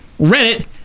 Reddit